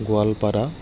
Goalpara